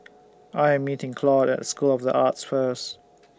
I Am meeting Claude At School of The Arts First